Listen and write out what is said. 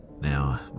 Now